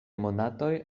monatoj